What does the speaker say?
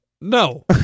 no